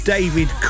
David